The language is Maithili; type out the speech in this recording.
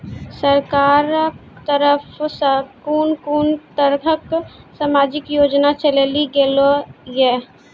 सरकारक तरफ सॅ कून कून तरहक समाजिक योजना चलेली गेलै ये?